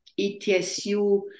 ETSU